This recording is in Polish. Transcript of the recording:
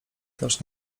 też